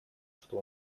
что